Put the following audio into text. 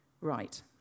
right